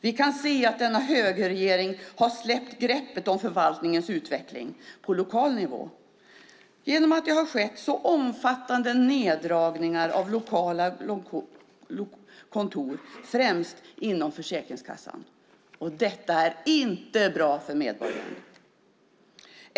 Vi kan se att denna högerregering har släppt greppet om förvaltningens utveckling på lokal nivå genom att det har skett så omfattande neddragningar av lokala kontor, främst inom Försäkringskassan. Detta är inte bra för medborgarna.